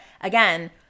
again